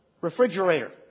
refrigerator